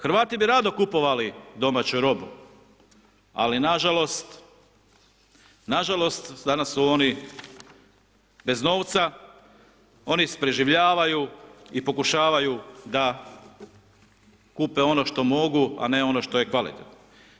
Hrvati bi rado kupovali domaću robu, ali nažalost, nažalost danas su oni bez novca, oni preživljavaju, i pokušavaju da kupe ono što mogu, a ne ono što je kvalitetno.